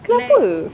kenapa